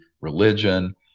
religion